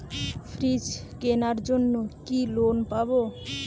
Fridge কেনার জন্য কি লোন পাব?